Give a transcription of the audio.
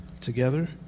together